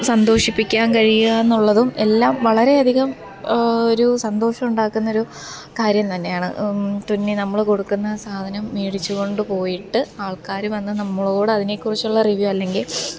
സന്തോഷിപ്പിക്കാന് കഴിയുകാന്നുള്ളതും എല്ലാം വളരെയധികം ഒരു സന്തോഷം ഉണ്ടാക്കുന്നൊരു കാര്യം തന്നെയാണ് തുന്നി നമ്മൾ കൊടുക്കുന്ന സാധനം മേടിച്ചു കൊണ്ടുപോയിട്ട് ആള്ക്കാർ വന്ന് നമ്മളോട് അതിനെക്കുറിച്ചുള്ള റിവ്യൂ അല്ലെങ്കില്